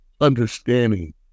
understanding